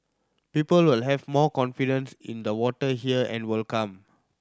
people will have more confidence in the water here and will come